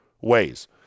ways